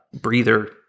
breather